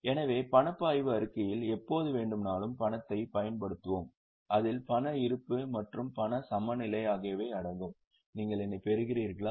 எனவே பணப்பாய்வு அறிக்கையில் எப்போது வேண்டுமானாலும் பணத்தைப் பயன்படுத்துவோம் அதில் பண இருப்பு மற்றும் பண சமநிலை ஆகியவை அடங்கும் நீங்கள் என்னைப் பெறுகிறீர்களா